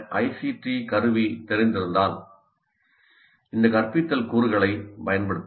D கருவி தெரிந்திருந்தால் இந்த கற்பித்தல் கூறுகளைப் பயன்படுத்த முடியும்